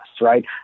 right